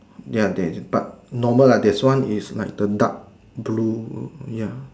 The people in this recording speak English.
ya there is but normal lah there's one is like the dark blue